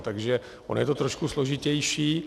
Takže ono je to trošku složitější.